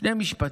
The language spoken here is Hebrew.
שני משפטים.